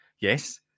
Yes